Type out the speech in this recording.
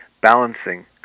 balancing